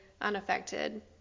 unaffected